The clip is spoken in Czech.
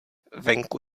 venku